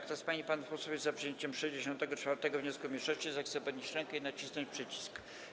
Kto z pań i panów posłów jest za przyjęciem 64. wniosku mniejszości, zechce podnieść rękę i nacisnąć przycisk.